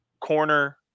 corner